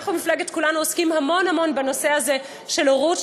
אנחנו במפלגת כולנו עוסקים המון המון בנושא הזה של הורות,